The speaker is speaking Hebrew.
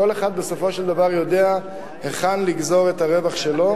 בסופו של דבר כל אחד יודע היכן לגזור את הרווח שלו.